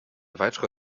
weitere